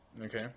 Okay